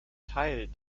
teil